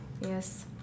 Yes